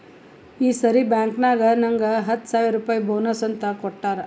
ಈ ಸರಿ ಬ್ಯಾಂಕ್ನಾಗ್ ನಂಗ್ ಹತ್ತ ಸಾವಿರ್ ರುಪಾಯಿ ಬೋನಸ್ ಅಂತ್ ಕೊಟ್ಟಾರ್